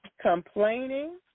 complaining